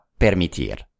permitir